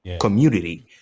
community